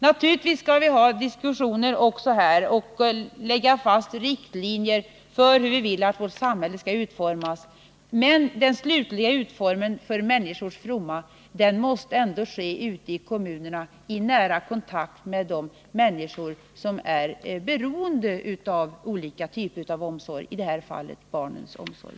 Naturligtvis skall vi ha diskussioner också här och lägga fram förslag till riktlinjer för hur vi vill att vårt samhälle skall utformas: Men den slutliga utformningen för människors fromma måste ändå ske ute i kommunerna i nära kontakt med de människor som är beroende av olika typer av omsorg.